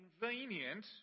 convenient